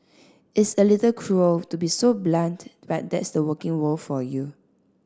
it's a little cruel to be so blunt but that's the working world for you